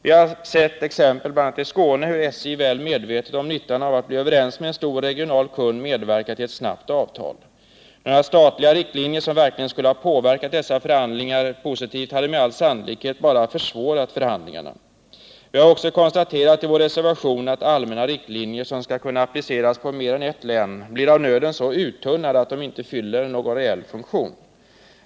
Vi har sett exempel, bl.a. i Skåne, på hur SJ, väl medvetet om nyttan av att bli överens med en stor regional kund, medverkat till ett snabbt avtal. Några statliga riktlinjer som verkligen skulle ha påverkat dessa förhandlingar positivt hade med all sannolikhet bara försvårat förhandlingarna. Vi har också konstaterat i vår reservation att allmänna riktlinjer som skall kunna appliceras på mer än ett län blir av nöden så uttunnade att de inte fyller någon funktion.